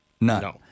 None